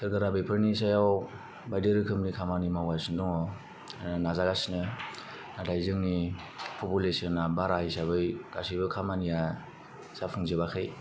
सोरखारा बेफोरनि सायाव बायदि रोखोमनि खामानि मावगासिनो दं नाजागासिनो नाथाय जोंनि पपुलेसना बारा हिसाबै गासिबो खामानिआ जाफुंजोबाखै